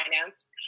finance